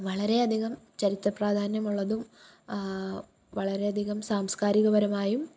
വളരെയധികം ചരിത്ര പ്രാധാന്യമുള്ളതും വളരെയധികം സാംസ്കാരികപരമായും